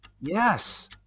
Yes